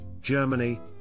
Germany